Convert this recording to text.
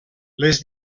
les